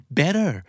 better